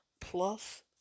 plus